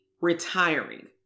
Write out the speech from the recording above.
retiring